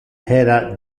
era